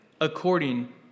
according